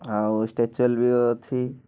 ଆଉ ବି ଅଛି